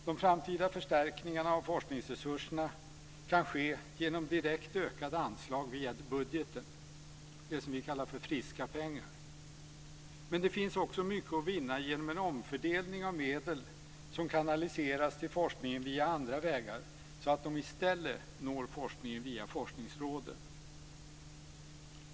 De framtida förstärkningarna av forskningsresurserna kan ske genom direkt ökade anslag via budgeten, det som vi kallar friska pengar, men det finns också mycket att vinna genom en omfördelning av medel som kanaliseras till forskningen på andra vägar, så att de i stället når forskningen via forskningsråden.